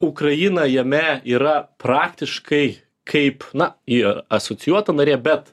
ukraina jame yra praktiškai kaip na ji asocijuota narė bet